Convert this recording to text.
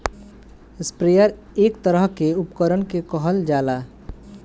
sprayer एक तरह के उपकरण के कहल जाला